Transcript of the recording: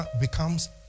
becomes